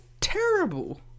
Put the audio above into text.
terrible